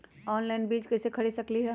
Online बीज कईसे खरीद सकली ह?